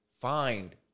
find